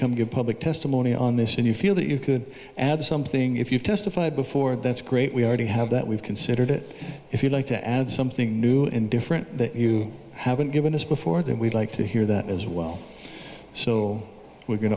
come to a public testimony on this and you feel that you could add something if you testified before that's great we already have that we've considered it if you like to add something new and different that you haven't given us before that we'd like to hear that as well so we're going